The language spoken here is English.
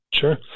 Sure